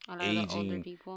aging